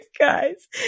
Guys